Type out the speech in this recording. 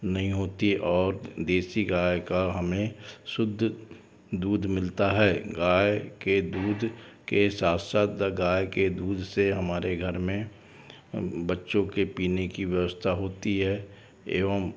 नहीं होती और देसी गाय का हमें शुद्ध दूध मिलता है गाय के दूध के साथ साथ गाय के दूध से हमारे घर में बच्चों के पीने की व्यवस्था होती है एवं